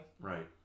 Right